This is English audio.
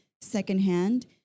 secondhand